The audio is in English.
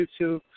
YouTube